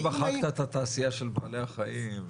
גם מחקת את התעשייה של בעלי החיים.